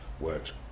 works